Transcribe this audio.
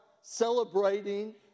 celebrating